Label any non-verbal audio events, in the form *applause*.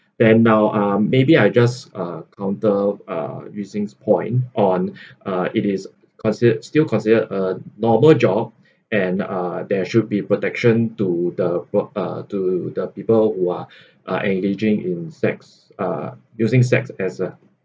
and now um maybe I just uh counter uh using point on *breath* uh it is consider it still considered a normal job and uh there should be protection to the broad *breath* uh to the people who are uh engaging in sex uh using sex as a